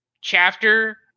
chapter